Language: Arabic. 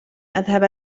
أذهب